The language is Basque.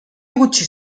gutxi